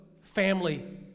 family